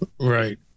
right